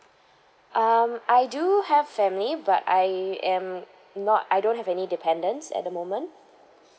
um I do have family but I am not I don't have any dependence at the moment